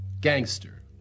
gangster